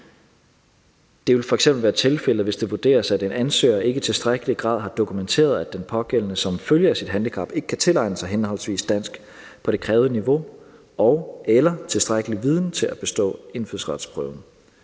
Det vil f.eks. være tilfældet, hvis det vurderes, at en ansøger ikke i tilstrækkelig grad har dokumenteret, at den pågældende som følge af sit handicap ikke kan tilegne sig henholdsvis dansk på det krævede niveau og/eller tilstrækkelig viden til at bestå indfødsretsprøven.